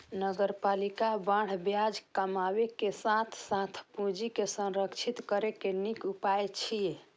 नगरपालिका बांड ब्याज कमाबै के साथ साथ पूंजी के संरक्षित करै के नीक उपाय छियै